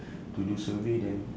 to do survey then